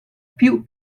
più